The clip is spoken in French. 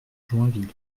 joinville